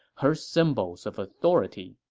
her symbols of authority